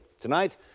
Tonight